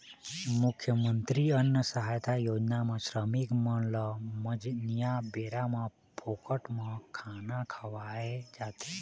मुख्यमंतरी अन्न सहायता योजना म श्रमिक मन ल मंझनिया बेरा म फोकट म खाना खवाए जाथे